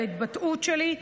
על התבטאות שלי.